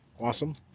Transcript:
Awesome